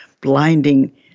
blinding